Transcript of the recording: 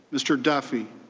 mr. duffy,